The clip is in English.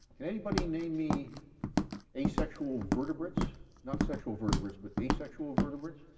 can anybody name me asexual vertebrates not sexual vertebrates but asexual vertebrates?